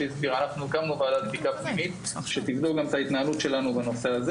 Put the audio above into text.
הקמנו ועדת בדיקה פנימית שתבדוק את ההתנהלות שלנו בנושא.